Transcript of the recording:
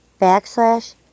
backslash